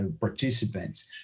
participants